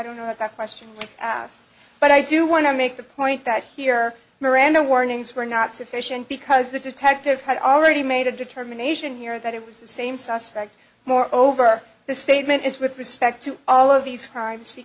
don't know that question asked but i do want to make the point that here miranda warnings were not sufficient because the detective had already made a determination here that it was the same suspect more over the statement is with respect to all of these crimes